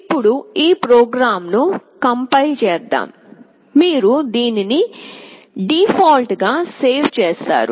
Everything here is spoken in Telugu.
ఇప్పుడు ఈ ప్రోగ్రామ్ ను కంపైల్ చేద్దాం మీరు దీన్ని డిఫాల్ట్ గా సేవ్ చేస్తారు